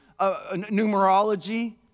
numerology